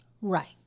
Right